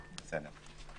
בסדר.